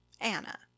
Anna